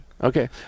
Okay